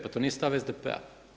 Pa to nije stav SDP-a?